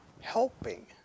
helping